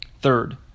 Third